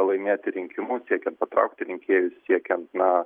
laimėti rinkimus siekiant patraukti rinkėjus siekiant na